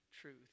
truth